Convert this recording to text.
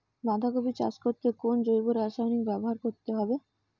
বাঁধাকপি চাষ করতে কোন জৈব রাসায়নিক ব্যবহার করতে হবে?